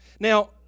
Now